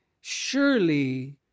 surely